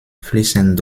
fließend